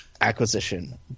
acquisition